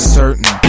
certain